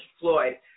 Floyd